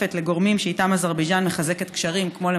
דולפת לגורמים שאזרבייג'ן מחזקת את הקשרים איתם,